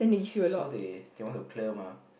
so they they want to clear mah